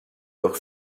leur